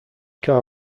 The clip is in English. car